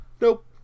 Nope